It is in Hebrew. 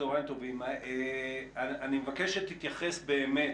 אני מבקש שתתייחס באמת